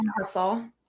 hustle